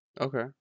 Okay